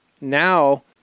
now